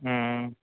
हूँ